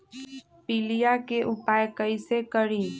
पीलिया के उपाय कई से करी?